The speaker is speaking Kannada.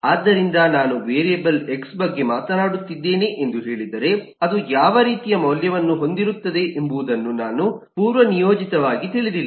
ಆದ್ದರಿಂದ ನಾನು ವೇರಿಯಬಲ್ ಎಕ್ಸ್ ಬಗ್ಗೆ ಮಾತನಾಡುತ್ತಿದ್ದೇನೆ ಎಂದು ಹೇಳಿದರೆ ಅದು ಯಾವ ರೀತಿಯ ಮೌಲ್ಯವನ್ನು ಹೊಂದಿರುತ್ತದೆ ಎಂಬುದನ್ನು ನಾನು ಪೂರ್ವನಿಯೋಜಿತವಾಗಿ ತಿಳಿದಿಲ್ಲ